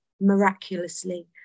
miraculously